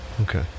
Okay